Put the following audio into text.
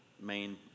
main